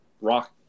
rock